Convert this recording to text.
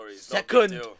second